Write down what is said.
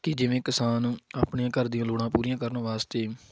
ਕਿ ਜਿਵੇਂ ਕਿਸਾਨ ਆਪਣੇ ਘਰ ਦੀਆਂ ਲੋੜਾਂ ਪੂਰੀਆਂ ਕਰਨ ਵਾਸਤੇ